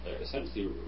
essentially